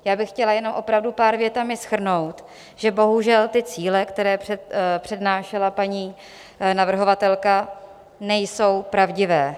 Já bych chtěla jenom opravdu pár větami shrnout, že bohužel ty cíle, které přednášela paní navrhovatelka, nejsou pravdivé.